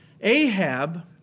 Ahab